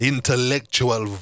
Intellectual